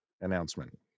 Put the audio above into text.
announcement